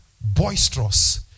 boisterous